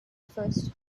first